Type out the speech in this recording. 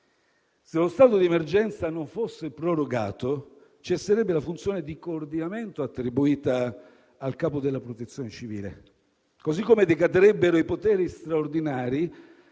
se lo stato di emergenza non fosse prorogato, cesserebbe la funzione di coordinamento attribuita al capo della Protezione civile, così come decadrebbero i poteri straordinari